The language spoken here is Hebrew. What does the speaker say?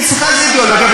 כי אצלך זה אידיאולוגיה,